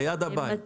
ליד הבית,